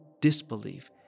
disbelief